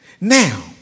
Now